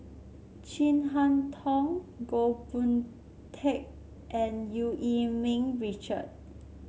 Chin Harn Tong Goh Boon Teck and Eu Yee Ming Richard